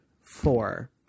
four